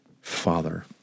father